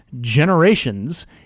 generations